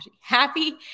happy